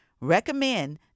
recommend